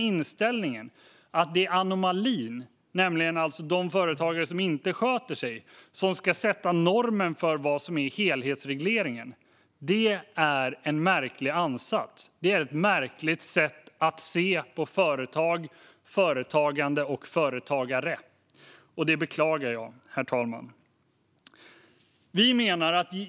Inställningen är att det är anomalin, nämligen de företagare som inte sköter sig, som ska sätta normen för helhetsregleringen. Det är en märklig ansats och ett märkligt sätt att se på företag, företagande och företagare. Detta beklagar jag, herr talman.